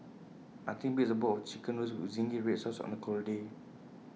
nothing beats A bowl of Chicken Noodles with Zingy Red Sauce on A cold day